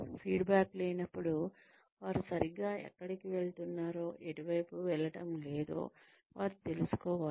feedback లేనప్పుడు వారు సరిగ్గా ఎక్కడికి వెళ్తున్నారో ఎటువైపు వెళ్ళటం లేదో వారు తెలుసుకోలేరు